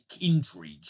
intrigue